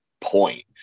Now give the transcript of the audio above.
point